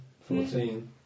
Fourteen